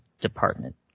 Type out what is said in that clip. Department